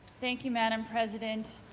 thank you madam president.